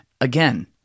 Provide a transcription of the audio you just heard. Again